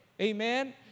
Amen